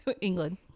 england